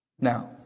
Now